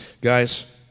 Guys